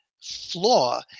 flaw